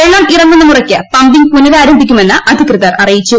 വെള്ളം ഇറങ്ങുന്നമുറയ്ക്ക് പമ്പിംഗ് പുനരാരംഭിക്കുമെന്ന് അധികൃതർ അറിയിച്ചു